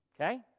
okay